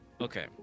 okay